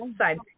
side